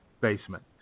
basement